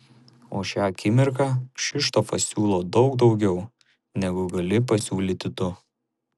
o šią akimirką kšištofas siūlo daug daugiau negu gali pasiūlyti tu